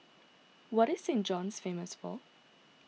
what is Saint John's famous for